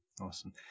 Awesome